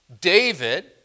David